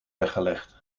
weggelegd